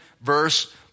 verse